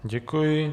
Děkuji.